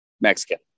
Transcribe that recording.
Mexican